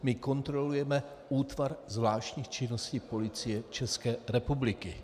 My kontrolujeme útvar zvláštních činností Policie České republiky.